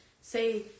say